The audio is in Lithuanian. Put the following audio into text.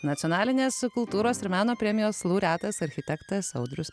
nacionalinės kultūros ir meno premijos laureatas architektas audrius